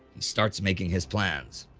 he starts making his plans.